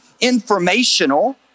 informational